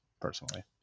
personally